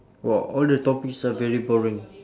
!wow! all the topics are very boring